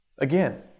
Again